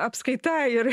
apskaita ir